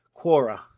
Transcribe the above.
Quora